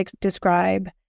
describe